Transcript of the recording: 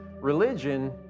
religion